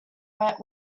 wet